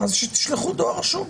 תשלחו דואר רשום.